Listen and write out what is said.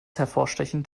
hervorstechend